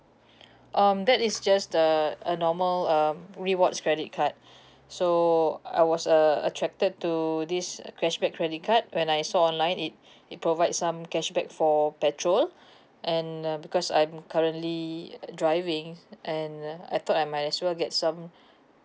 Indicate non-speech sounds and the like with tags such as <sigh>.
um that is just uh a normal um rewards credit card <breath> so I was uh attracted to this uh cashback credit card when I saw online it <breath> it provide some cashback for petrol <breath> and uh because I'm currently <noise> driving and uh I thought I might as well get some